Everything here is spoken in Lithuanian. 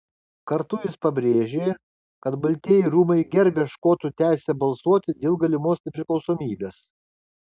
kartu jis pabrėžė kad baltieji rūmai gerbia škotų teisę balsuoti dėl galimos nepriklausomybės